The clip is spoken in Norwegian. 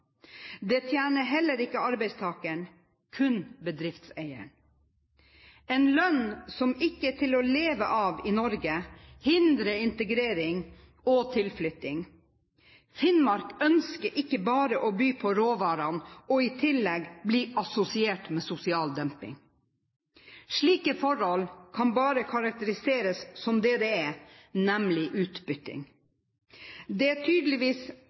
Det tjener heller ikke arbeidstakeren, kun bedriftseieren. En lønn som ikke er til å leve av i Norge, hindrer integrering og tilflytting. Finnmark ønsker ikke å by på råvarene og i tillegg bli assosiert med sosial dumping. Slike forhold kan bare karakteriseres som det det er, nemlig utbytting. Det er tydeligvis